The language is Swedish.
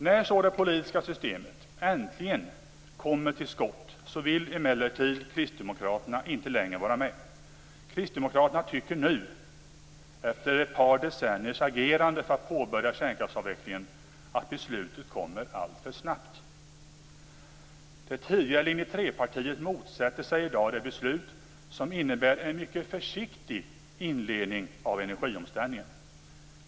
När så det politiska systemet äntligen kommer till skott vill emellertid kristdemokraterna inte längre vara med. Kristdemokraterna tycker nu, efter ett par decenniers agerande för att påbörja kärnkraftsavvecklingen, att beslutet kommer alltför snabbt. Det tidigare linje 3-partiet motsätter sig i dag det beslut som innebär en mycket försiktig inledning av energiomställningen.